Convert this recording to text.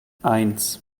eins